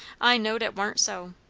i knowed it warn't so.